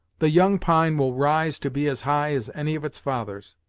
the young pine will rise to be as high as any of its fathers.